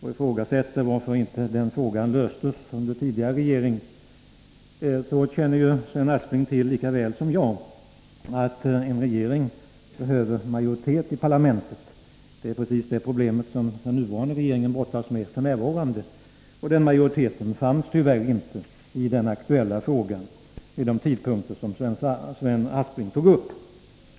och undrar varför den frågan inte löstes av tidigare regering. Sven Aspling känner lika väl som jag till att en regering behöver majoritet i parlamentet — det är precis det problem som den nuvarande regeringen brottas med f. n.-—och den majoriteten fanns tyvärr inte i den aktuella frågan vid de tidpunkter som Sven Aspling tog upp.